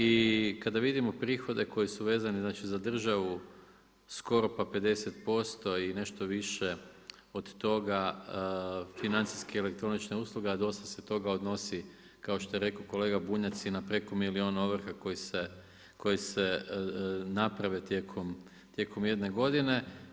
I kada vidimo prihode koje su vezane za državu skoro pa 50% i nešto više od toga, financijska elektronička usluga, dosta se toga odnosi, kao što je rekao kolega Bunjac i na preko milijun ovrha koje se naprave tijekom jedne godine.